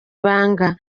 banga